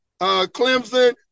Clemson